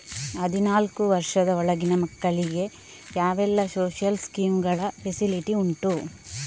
ಹದಿನಾಲ್ಕು ವರ್ಷದ ಒಳಗಿನ ಮಕ್ಕಳಿಗೆ ಯಾವೆಲ್ಲ ಸೋಶಿಯಲ್ ಸ್ಕೀಂಗಳ ಫೆಸಿಲಿಟಿ ಉಂಟು?